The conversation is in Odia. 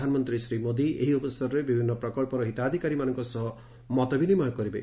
ପ୍ରଧାନମନ୍ତ୍ରୀ ଶ୍ରୀ ମୋଦି ଏହି ଅବସରରେ ବିଭିନ୍ନ ପ୍ରଚ୍ଚର ହିତାଧିକାରୀମାନଙ୍କ ସହ ମତ ବିନିମୟ କରିବେ